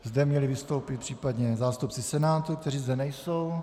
Zde měli vystoupit případně zástupci Senátu, kteří zde nejsou.